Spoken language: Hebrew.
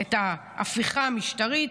את ההפיכה המשטרית,